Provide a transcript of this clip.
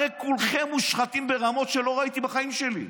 הרי כולכם מושחתים ברמות שלא ראיתי בחיים שלי.